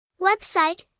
Website